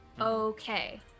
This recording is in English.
Okay